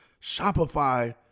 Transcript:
Shopify